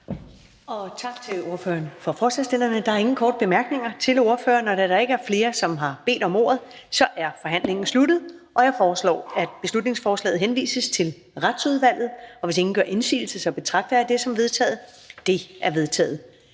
Tak til ordføreren for forslagsstillerne. Der er ingen korte bemærkninger til ordføreren. Da der ikke er flere, som har bedt om ordet, er forhandlingen sluttet. Jeg foreslår, at beslutningsforslaget henvises til Retsudvalget. Hvis ingen gør indsigelse, betragter jeg det som vedtaget. Det er vedtaget.